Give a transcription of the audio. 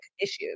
issues